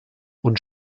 und